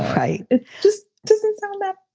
right. it just doesn't sound that.